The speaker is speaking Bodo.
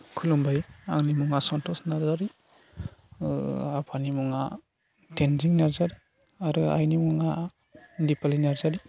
खुलुमबाय आंनि मुङा सन्तस नार्जारि ओ आफानि मुङा थेनजिं नार्जारि आरो आइनि मुङा दिपालि नार्जारि